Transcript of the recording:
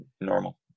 normal